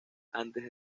antes